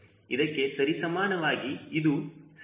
ಇದಕ್ಕೆ ಸರಿಸಮಾನವಾಗಿ ಇದು CLmax ಆಗಿರುತ್ತದೆ